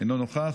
אינו נוכח.